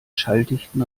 schalldichten